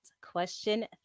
question